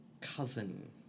cousin